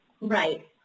Right